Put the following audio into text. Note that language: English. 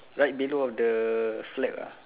right below of the flag uh